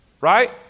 Right